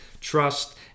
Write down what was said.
trust